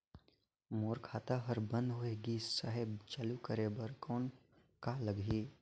मोर खाता हर बंद होय गिस साहेब चालू करे बार कौन का लगही?